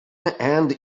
and